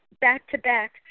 back-to-back